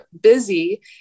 busy